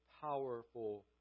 powerful